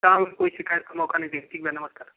काम में कोई शिकायत का मौका नहीं देंगे ठीक है भैया नमस्कार